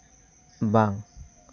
ᱵᱟᱝ